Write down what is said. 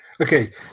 Okay